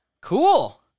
Cool